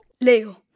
Leo